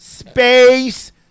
space